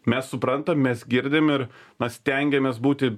mes suprantam mes girdim ir na stengiamės būti